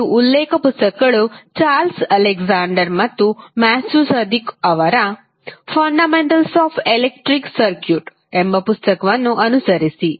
ನೀವು ಉಲ್ಲೇಖ ಪುಸ್ತಕಗಳು ಚಾರ್ಲ್ಸ್ ಅಲೆಕ್ಸಾಂಡರ್ ಮತ್ತು ಮ್ಯಾಥ್ಯೂ ಸದಿಕು ಅವರ ಫಂಡಮೆಂಟಲ್ಸ್ ಆಫ್ ಎಲೆಕ್ಟ್ರಿಕ್ ಸರ್ಕ್ಯೂಟ್ಎಂಬ ಪುಸ್ತಕವನ್ನು ಅನುಸರಿಸಿ